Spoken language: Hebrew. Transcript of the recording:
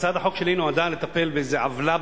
הצעת החוק שלי נועדה לטפל באיזו עוולה,